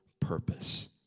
purpose